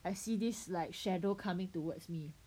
I see this like shadow coming towards me